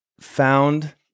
found